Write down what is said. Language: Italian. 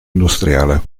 industriale